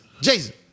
Jason